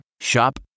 Shop